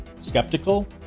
Skeptical